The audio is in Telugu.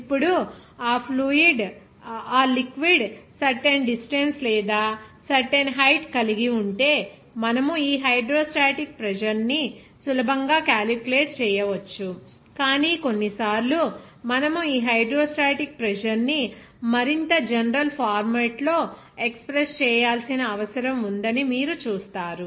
ఇప్పుడు ఆ లిక్విడ్ సర్టెన్ డిస్టెన్స్ లేదా సర్టెన్ హైట్ కలిగి ఉంటే మనము ఈ హైడ్రోస్టాటిక్ ప్రెజర్ ని సులభంగా క్యాలిక్యులేట్ చేయవచ్చు కానీ కొన్నిసార్లు మనము ఈ హైడ్రోస్టాటిక్ ప్రెజర్ ని మరింత జనరల్ ఫార్మాట్ లో ఎక్స్ప్రెస్ చేయాల్సిన అవసరం ఉందని మీరు చూస్తారు